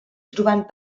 trobant